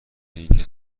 اینکه